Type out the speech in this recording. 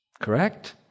Correct